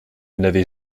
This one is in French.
n’avait